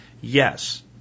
Yes